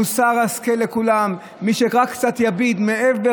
מוסר ההשכל לכולם: מי שקצת יביט מעבר